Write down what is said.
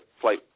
flight